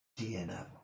DNA